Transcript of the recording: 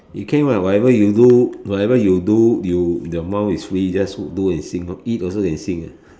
you came out with whatever you whatever you do you your mouth is free just do and sing eat also can sing ah